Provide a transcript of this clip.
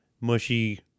mushy